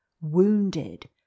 wounded